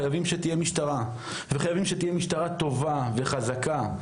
חייבים שתהיה משטרה וחייבים שתהיה משטרה טובה וחזקה,